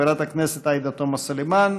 חברת הכנסת עאידה תומא סלימאן,